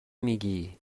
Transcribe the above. میگی